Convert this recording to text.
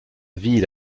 ville